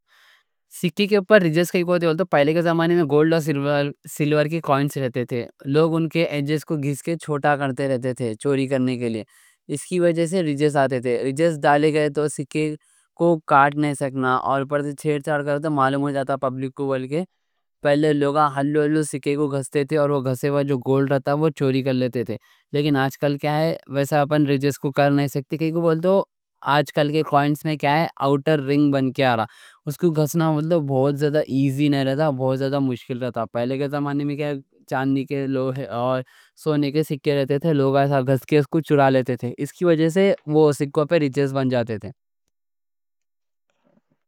سکے کے اوپر رِجز رہتے ہیں۔ پہلے کے زمانے میں گولڈ اور سلور کے کوائنز رہتے تھے۔ لوگ ان کے ایجز کو گھس کے چھوٹا کرتے رہتے تھے، چوری کرنے کے لیے۔ اس کی وجہ سے رِجز ڈالے گئے تو سکے کو کٹ نہیں سکنا، اور چھیڑ چھاڑ کرے تو پبلک کو بول کے معلوم ہو جاتا۔ پہلے لوگا ہولے ہولے سکے کو گھستے تھے، اور جو گولڈ رہتا وہ چوری کر لیتے تھے۔ اس کو گھسنا بہت زیادہ ایزی نہیں رہتا، بہت زیادہ مشکل رہتا۔ پہلے کے زمانے میں چاندی اور سونے کے سکے رہتے تھے، لوگ گھس کے اس کو چورا لیتے تھے۔ اس کی وجہ سے وہ سکوں پر رِجز بن جاتے تھے۔